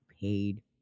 paid